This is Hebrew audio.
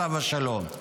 עליו השלום.